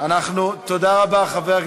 תודה לכל השותפים.